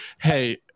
Hey